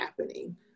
happening